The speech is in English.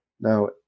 Now